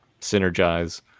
synergize